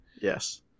yes